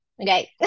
okay